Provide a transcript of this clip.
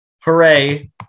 Hooray